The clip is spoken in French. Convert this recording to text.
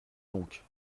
donc